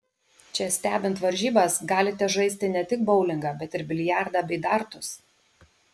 čia stebint varžybas galite žaisti ne tik boulingą bet ir biliardą bei dartus